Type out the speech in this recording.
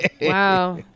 Wow